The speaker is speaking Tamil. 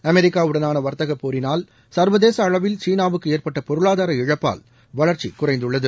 அமெிக்காவுடனான வாத்தக போரினால் சா்வதேச அளவில் சீனாவுக்கு ஏற்பட்ட பொருளாதார இழப்பால் வளர்ச்சி குறைந்துள்ளது